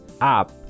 app